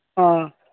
ꯑ